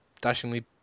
dashingly